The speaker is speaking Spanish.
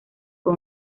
fue